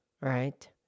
Right